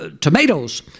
tomatoes